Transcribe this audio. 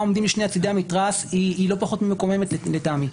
עומדים משני צדי המתרס היא לא פחות ממקוממת לטעמי.